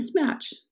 mismatch